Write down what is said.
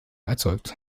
erzeugt